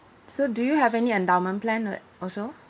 so do you have any endowment plan would also